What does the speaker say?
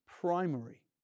primary